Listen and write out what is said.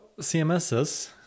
CMSs